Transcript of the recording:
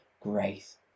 grace